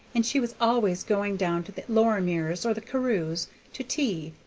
and she was always going down to the lorimers' or the carews' to tea,